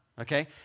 okay